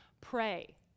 pray